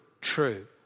True